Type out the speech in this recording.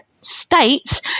states